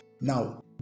Now